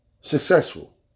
successful